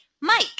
Mike